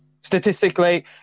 Statistically